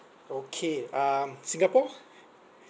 okay um singapore